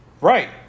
Right